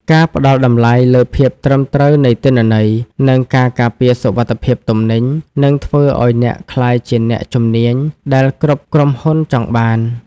ការផ្តល់តម្លៃលើភាពត្រឹមត្រូវនៃទិន្នន័យ និងការការពារសុវត្ថិភាពទំនិញ នឹងធ្វើឱ្យអ្នកក្លាយជាអ្នកជំនាញដែលគ្រប់ក្រុមហ៊ុនចង់បាន។